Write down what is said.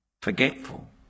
Forgetful